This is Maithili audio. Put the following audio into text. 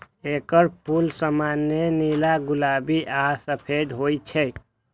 एकर फूल सामान्यतः नीला, गुलाबी आ सफेद होइ छै